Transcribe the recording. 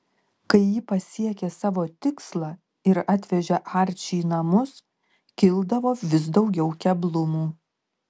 kai ji pasiekė savo tikslą ir atvežė arčį į namus kildavo vis daugiau keblumų